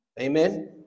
Amen